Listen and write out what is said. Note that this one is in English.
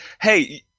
hey –